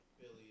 Billy